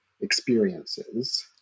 experiences